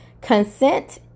Consent